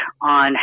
on